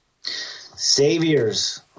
Saviors